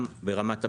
גם ברמת המנגנון,